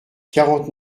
quarante